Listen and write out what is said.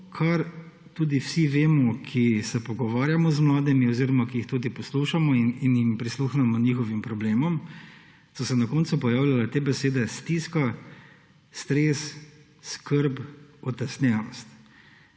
kar tudi vsi vemo, ki se pogovarjamo z mladimi oziroma ki jih tudi poslušamo in prisluhnemo njihovim problemom, so se na koncu pojavljale te besede: stiska, stres, skrb, utesnjenost.